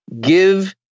Give